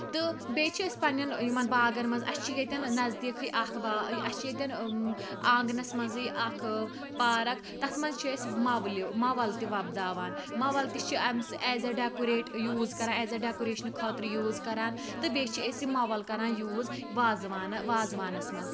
تہٕ بیٚیہِ چھِ أسۍ پَننٮ۪ن یِمَن باغَن مَنٛز اَسہِ چھِ ییٚتنۍ نَذدیٖکھٕے اکھ باغ اَسہِ چھِ ییٚتٮ۪ن آنٛگنَس مَنٛزٕے اکھ پارَک تَتھ مَنٛز چھِ أسۍ مَولہِ مَوَل تہِ وۄبداوان مول تہِ چھِ امہ ایز اَ ڈیٚکُریٹ یوٗز کَران ایز اَ ڈیٚکُریشنہٕ خٲطرٕ یوٗز کَران تہٕ بیٚیہِ چھِ أسۍ یہِ مَوَل کَران یوٗز وازوانہٕ وازوانَس مَنٛز